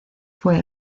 fue